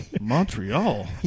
Montreal